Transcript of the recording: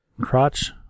crotch